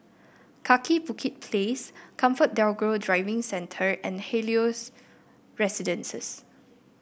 Kaki Bukit Place ComfortDelGro Driving Centre and Helios Residences